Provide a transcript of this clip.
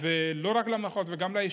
ולא רק למחאות, גם ליישובים.